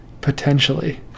potentially